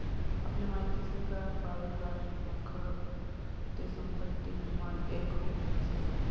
आपले माहिती शे का पाळीव प्राणी विमा खरं ते संपत्ती विमानं एक रुप शे